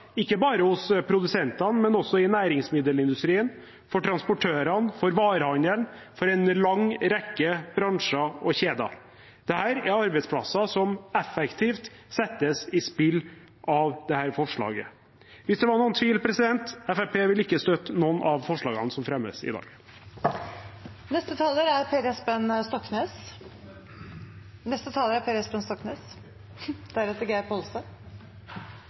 ikke bare hos produsentene, men også i næringsmiddelindustrien, for transportørene, i varehandelen – i en lang rekke bransjer og kjeder. Dette er arbeidsplasser som effektivt settes i spill av dette forslaget. Hvis det var noen tvil: Fremskrittspartiet vil ikke støtte noen av forslagene som fremmes i dag. Neste taler er Per Espen Stoknes. Er ikke Geir Pollestad før meg? Neste taler er Per Espen Stoknes, deretter Geir Pollestad.